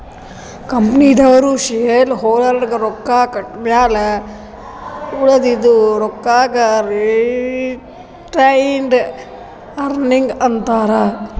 ಕಂಪನಿದವ್ರು ಶೇರ್ ಹೋಲ್ಡರ್ಗ ರೊಕ್ಕಾ ಕೊಟ್ಟಮ್ಯಾಲ ಉಳದಿದು ರೊಕ್ಕಾಗ ರಿಟೈನ್ಡ್ ಅರ್ನಿಂಗ್ ಅಂತಾರ